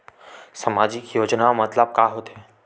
सामजिक योजना मतलब का होथे?